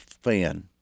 fan